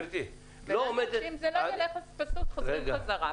אם זה לא ילך, חוזרים חזרה.